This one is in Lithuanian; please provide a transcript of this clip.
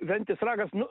ventės ragas nu